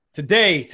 today